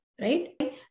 Right